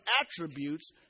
attributes